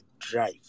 drive